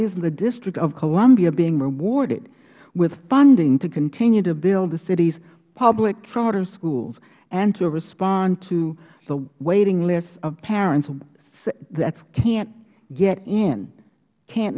isn't the district of columbia being rewarded with funding to continue to build the city's public charter schools and to respond to the waiting lists of parents that can't get in can't